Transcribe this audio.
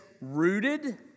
rooted